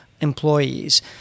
employees